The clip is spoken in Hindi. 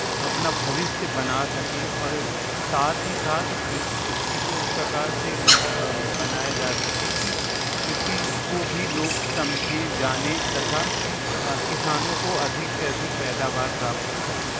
अपना भविष्य बना सकें और साथ ही साथ कृषि कृषि को इस प्रकार से बनाया जा सके कि कृषि को भी लोग समझें जानें तथा किसानों को अधिक से अधिक पैदावार प्राप्त हो सके